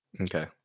okay